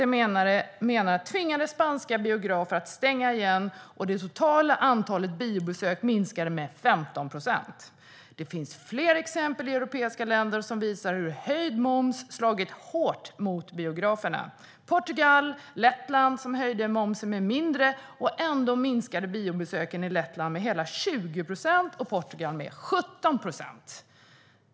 Man menar att det tvingade spanska biografer att stänga, och det totala antalet biobesök minskade med 15 procent. Det finns fler exempel från europeiska länder som visar att höjd moms slagit hårt mot biograferna. Lettland höjde momsen mindre än Portugal; ändå minskade biobesöken i Lettland med hela 20 procent. I Portugal minskade de med 17 procent.